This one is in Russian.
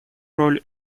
роль